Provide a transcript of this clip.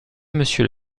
monsieur